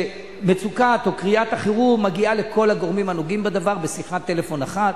שמצוקה או קריאת חירום מגיעה לכל הגורמים הנוגעים בדבר בשיחת טלפון אחת.